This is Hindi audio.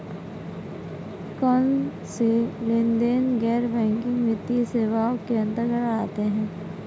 कौनसे लेनदेन गैर बैंकिंग वित्तीय सेवाओं के अंतर्गत आते हैं?